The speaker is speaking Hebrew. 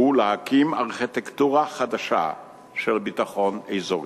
והוא להקים ארכיטקטורה חדשה של ביטחון אזורי.